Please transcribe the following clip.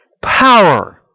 power